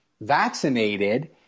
vaccinated